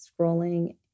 scrolling